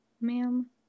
ma'am